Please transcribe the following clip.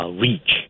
reach